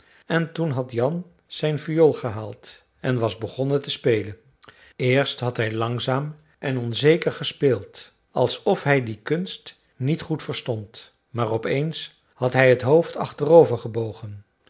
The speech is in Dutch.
en toen had jan zijn viool gehaald en was begonnen te spelen eerst had hij langzaam en onzeker gespeeld alsof hij die kunst niet goed verstond maar op eens had hij t hoofd achterover gebogen